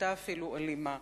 מקצתה אפילו אלימה,